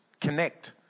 connect